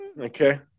Okay